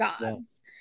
gods